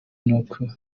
n’uko